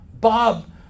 Bob